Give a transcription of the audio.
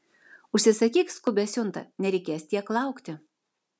užsisakyk skubią siuntą nereikės tiek laukti